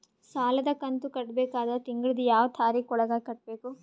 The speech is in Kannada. ಸಾಲದ ಕಂತು ಕಟ್ಟಬೇಕಾದರ ತಿಂಗಳದ ಯಾವ ತಾರೀಖ ಒಳಗಾಗಿ ಕಟ್ಟಬೇಕು?